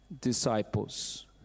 disciples